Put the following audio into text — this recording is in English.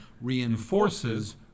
reinforces